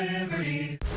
Liberty